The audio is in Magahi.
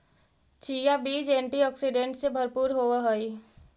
चिया बीज एंटी ऑक्सीडेंट से भरपूर होवअ हई